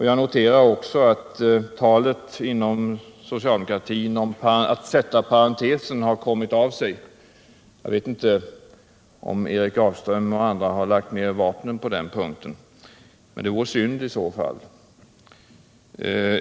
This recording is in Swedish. Jag noterar också att talet inom socialdemokratin om att kärnkraften skall vara en parentes har kommit av sig. Jag vet inte om Erik Grafström och andra har lagt ned vapnen på den punkten — det vore i så fall synd.